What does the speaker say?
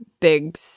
big